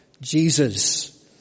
Jesus